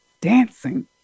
Dancing